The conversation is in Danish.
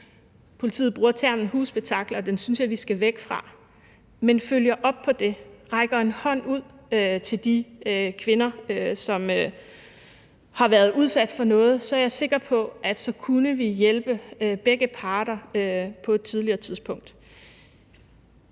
politiet bruger termen husspektakler, og den synes jeg vi skal væk fra – og så følger op på det og rækker en hånd ud til de kvinder, som har været udsat for noget. Så er jeg sikker på, at vi kunne hjælpe begge parter på et tidligere tidspunkt.